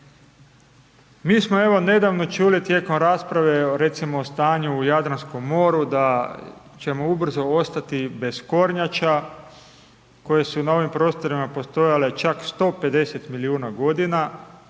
Mi smo evo nedavno čuli tijekom rasprave recimo o stanju u Jadranskom moru da ćemo ubrzo ostati bez kornjača koje su na ovim prostorima postojale čak 150 milijuna godina,